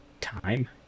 Time